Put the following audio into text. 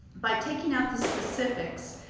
by taking out the specifics,